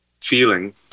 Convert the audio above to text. feeling